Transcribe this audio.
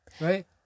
Right